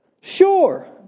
Sure